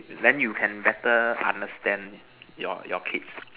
then you can better understand your your kid